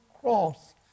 cross